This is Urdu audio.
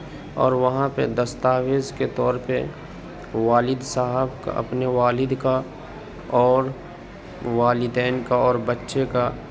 اور وہاں کے دستاویز کے طور پہ والد صاحب اپنے والد کا اور والدین کا اور بچے کا